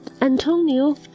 Antonio